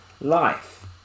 life